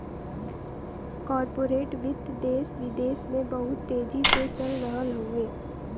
corporate वित्त देस विदेस में बहुत तेजी से चल रहल हउवे